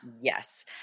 Yes